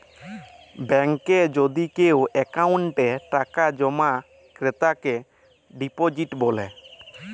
ব্যাংকে যদি কেও অক্কোউন্টে টাকা জমা ক্রেতাকে ডিপজিট ব্যলে